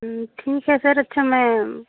ठीक है सर अच्छा मैं